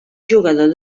jugador